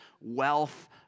wealth